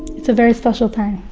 it's a very special